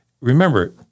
Remember